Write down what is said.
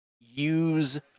use